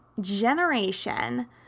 generation